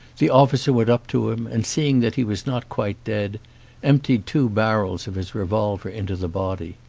the officer went up to him, and seeing that he was not quite dead emptied two barrels of his revolver into the body.